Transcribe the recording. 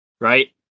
right